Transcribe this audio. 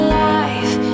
life